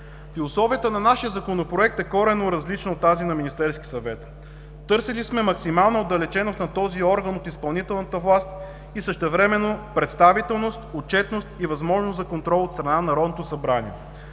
Условията на нашия Законопроект са коренно различни от тази на Министерски съвет. Търсили сме максимална отдалеченост на този орган от изпълнителната власт и същевременно, представителност, отчетност и възможност за контрол от страна на Народното събрание.